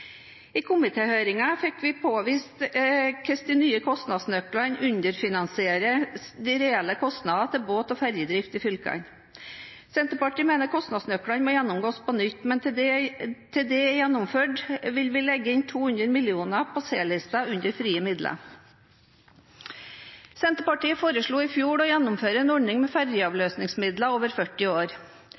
komiteens høring fikk vi påvist hvordan de nye kostnadsnøklene underfinansierer de reelle kostnadene til båt- og ferjedrift i fylkene. Senterpartiet mener at kostnadsnøklene må gjennomgås på nytt, men inntil det er gjennomført, vil vi legge inn 200 mill. kr på C-lista under frie midler. Senterpartiet foreslo i fjor å gjennomføre en ordning med ferjeavløsningsmidler over 40 år.